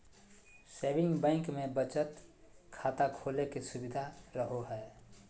saving bank मे बचत खाता खोले के सुविधा रहो हय